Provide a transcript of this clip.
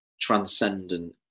transcendent